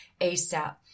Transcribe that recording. ASAP